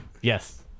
Yes